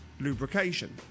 lubrication